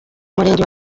murenge